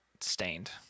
stained